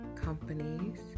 companies